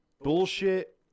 bullshit